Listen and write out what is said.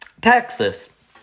Texas